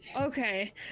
okay